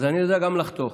אז אני יודע גם לחתוך.